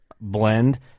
blend